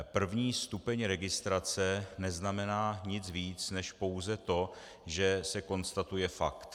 První stupeň registrace neznamená nic víc než pouze to, že se konstatuje fakt.